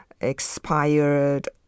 expired